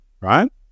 right